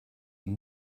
and